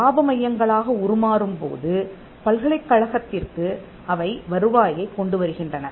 இலாப மையங்களாக உருமாறும் போது பல்கலைக்கழகத்திற்கு அவை வருவாயைக் கொண்டுவருகின்றன